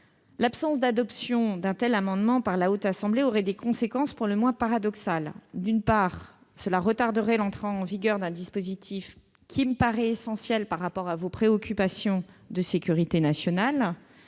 L'absence d'adoption d'un tel amendement par la Haute Assemblée aurait des conséquences pour le moins paradoxales. D'une part, cela retarderait l'entrée en vigueur d'un dispositif qui me paraît essentiel par rapport à vos préoccupations de sécurité nationale.